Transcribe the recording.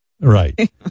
right